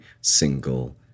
single